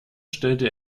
stellte